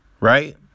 Right